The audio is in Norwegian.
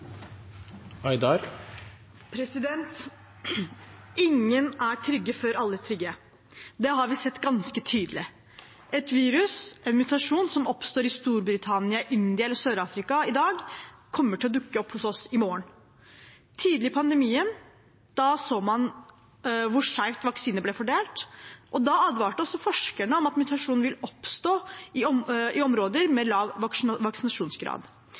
trygge før alle er trygge. Det har vi sett ganske tydelig. Et virus, en mutasjon som oppstår i Storbritannia, i India eller i Sør-Afrika i dag, kommer til å dukke opp hos oss i morgen. Tidlig i pandemien så man hvor skjevt vaksinene ble fordelt. Da advarte også forskerne om at mutasjoner vil oppstå i områder med lav vaksinasjonsgrad,